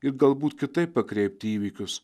ir galbūt kitaip pakreipti įvykius